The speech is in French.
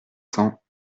cents